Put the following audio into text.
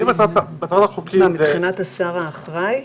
מבחינת השר האחראי,